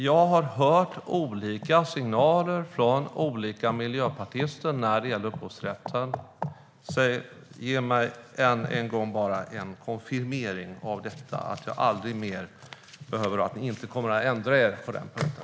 Jag har hört olika signaler från olika miljöpartister när det gäller upphovsrätten. Ge mig bara en konfirmering av att ni, Niclas Malmberg, inte kommer att ändra er på den punkten.